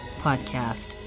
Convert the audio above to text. podcast